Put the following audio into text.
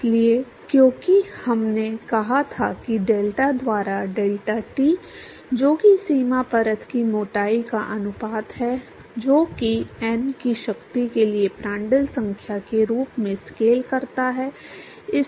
इसलिए क्योंकि हमने कहा था कि डेल्टा द्वारा डेल्टा t जो कि सीमा परत की मोटाई का अनुपात है जो कि n की शक्ति के लिए प्रांड्ल संख्या के रूप में स्केल करता है